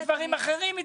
למה בדברים אחרים התחשבו?